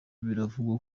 biravugwa